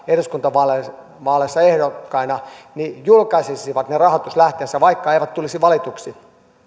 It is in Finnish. eduskuntavaaleissa ehdokkaina julkaisisivat ne rahoituslähteensä vaikka eivät tulisi valituiksi